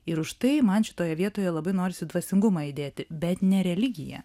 ir už tai man šitoje vietoje labai norisi dvasingumą įdėti bet ne religiją